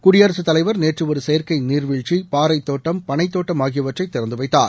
குடியரசு தலைவர் நேற்று ஒரு செயற்கை நீர்வீழ்ச்சி பாறைத் தோட்டம் பனைத்தோட்டம் ஆகியவற்றை திறந்து வைத்தார்